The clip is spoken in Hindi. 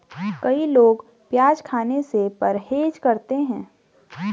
कई लोग प्याज खाने से परहेज करते है